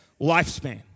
lifespan